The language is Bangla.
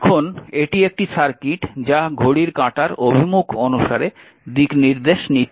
এখন এটি একটি সার্কিট যা ঘড়ির কাঁটার অভিমুখ অনুসারে দিকনির্দেশ নিচ্ছে